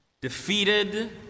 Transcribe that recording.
defeated